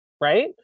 Right